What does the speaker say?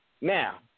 Now